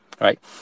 right